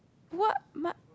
what my